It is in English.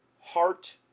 heart